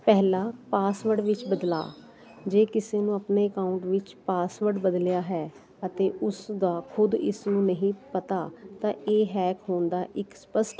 ਪਹਿਲਾ ਪਾਸਵਰਡ ਵਿੱਚ ਬਦਲਾ ਜੇ ਕਿਸੇ ਨੂੰ ਆਪਣੇ ਅਕਾਊਂਟ ਵਿੱਚ ਪਾਸਵਰਡ ਬਦਲਿਆ ਹੈ ਅਤੇ ਉਸਦਾ ਖੁਦ ਇਸ ਨੂੰ ਨਹੀਂ ਪਤਾ ਤਾਂ ਇਹ ਹੈਂਗ ਹੁੰਦਾ ਇੱਕ ਸਪਸ਼ਟ